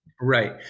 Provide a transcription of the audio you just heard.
Right